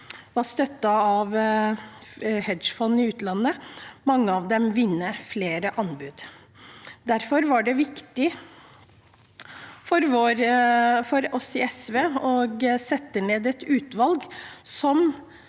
var støttet av hedgefond i utlandet, vinne flere anbud. Derfor var det viktig for oss i SV å sette ned et utvalg som